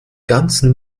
ganzen